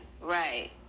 Right